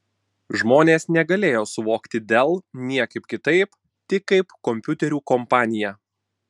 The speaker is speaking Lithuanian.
žmonės negalėjo suvokti dell niekaip kitaip tik kaip kompiuterių kompaniją